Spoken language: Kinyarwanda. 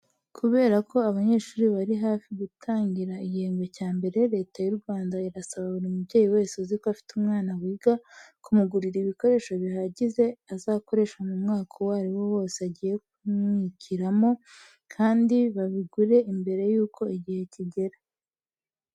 Kubera ko abanyeshuri bari hafi gutangura igihembwe cya mbere, Leta y'u Rwanda irasaba buri mubyeyi wese uziko afite umwana wiga, kumugurira ibikoresho bihagije azakoresha mu mwaka uwo ari wo wose agiye kwimukiramo, kandi babigure mbere y'uko igihe kigera.